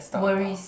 worries